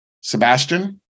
Sebastian